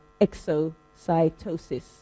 exocytosis